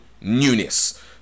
newness